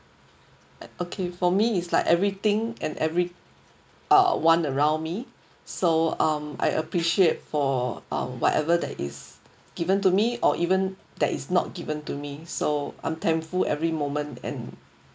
okay for me is like everything and every uh one around me so um I appreciate for uh whatever that is given to me or even that is not given to me so I'm thankful every moment and